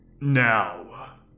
Now